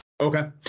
Okay